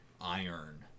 iron